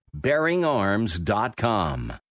BearingArms.com